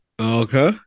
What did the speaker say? Okay